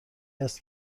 است